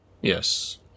Yes